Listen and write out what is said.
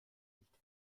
nicht